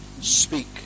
Speak